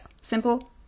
Simple